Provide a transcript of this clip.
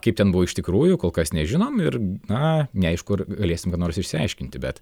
kaip ten buvo iš tikrųjų kol kas nežinom ir na neaišku ar galėsim ką nors išsiaiškinti bet